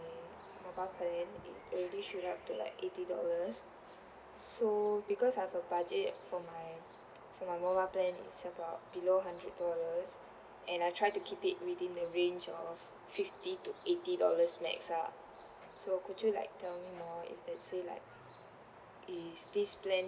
mobile client it already shoot up to like eighty dollars so because I have a budget for my for my mobile plan it's about below a hundred dollars and I try to keep it within the range of fifty to eighty dollars max ah so could you like tell me more if and say like is this plan